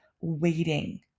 waiting